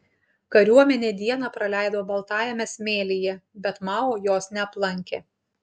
kariuomenė dieną praleido baltajame smėlyje bet mao jos neaplankė